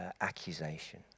accusation